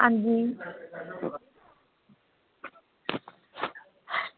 अंजी